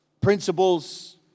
principles